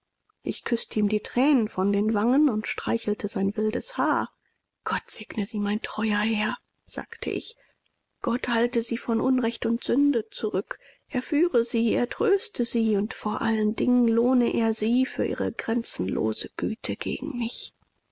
ich küßte ihm die thränen von den wangen und streichelte sein wildes haar gott segne sie mein teurer herr sagte ich gott halte sie von unrecht und sünde zurück er führe sie er tröste sie und vor allen dingen lohne er sie für ihre grenzenlose güte gegen mich